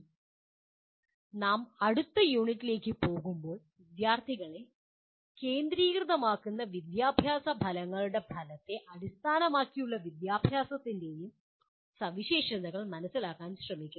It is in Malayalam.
ഇപ്പോൾ നാം അടുത്ത യൂണിറ്റിലേക്ക് പോകുമ്പോൾ വിദ്യാർത്ഥികളെ കേന്ദ്രീകൃതമാക്കുന്ന വിദ്യാഭ്യാസ ഫലങ്ങളുടെയും ഫലത്തെ അടിസ്ഥാനമാക്കിയുള്ള വിദ്യാഭ്യാസത്തിൻ്റെയും സവിശേഷതകൾ മനസിലാക്കാൻ ഞങ്ങൾ ശ്രമിക്കുന്നു